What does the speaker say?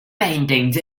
paintings